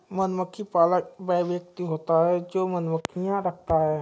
मधुमक्खी पालक वह व्यक्ति होता है जो मधुमक्खियां रखता है